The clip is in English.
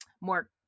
more